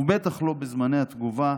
ובטח לא בזמני התגובה,